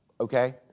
okay